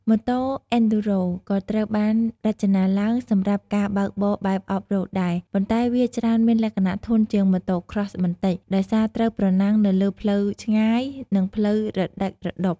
ម៉ូតូ អេនឌ្យូរ៉ូ (Enduro) ក៏ត្រូវបានរចនាឡើងសម្រាប់ការបើកបរបែប Off-road ដែរ ប៉ុន្តែវាច្រើនមានលក្ខណៈធន់ជាង Motocross បន្តិច ដោយសារត្រូវប្រណាំងនៅលើផ្លូវឆ្ងាយ និងផ្លូវរដិករដុប។